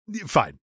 Fine